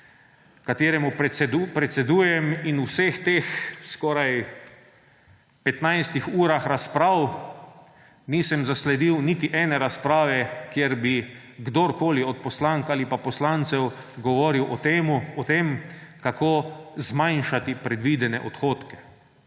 kateremu predsedujem, in v vseh teh, skoraj petnajstih urah razprav, nisem zasledil niti ene razprave, kjer bi kdorkoli od poslank ali pa poslancev govoril o tem, kako zmanjšati predvidene odhodke,